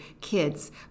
kids